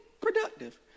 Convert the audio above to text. productive